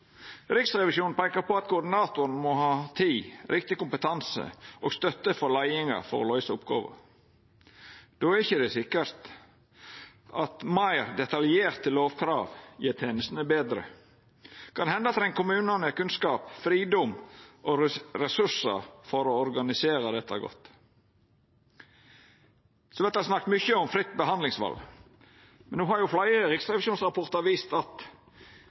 Riksrevisjonen peikar på at koordinatoren må ha tid, riktig kompetanse og støtte frå leiinga for å løysa oppgåva. Då er det ikkje sikkert at meir detaljerte lovkrav gjer tenestene betre. Kan hende treng kommunane kunnskap, fridom og ressursar for å organisera dette godt. Det vert snakka mykje om fritt behandlingsval, men no har jo fleire riksrevisjonsrapportar vist at